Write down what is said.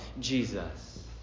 Jesus